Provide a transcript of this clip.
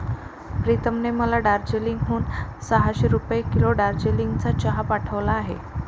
प्रीतमने मला दार्जिलिंग हून सहाशे रुपये किलो दार्जिलिंगचा चहा पाठवला आहे